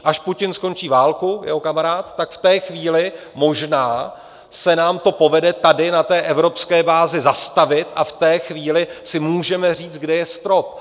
Až Putin skončí válku, jeho kamarád, tak v té chvíli možná se nám to povede tady na té evropské bázi zastavit a v té chvíli si můžeme říct, kde je strop.